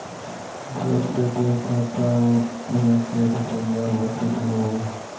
तोर पे.टी.एम खाता में के रुपाइया बचित हउ